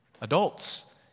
adults